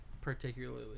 particularly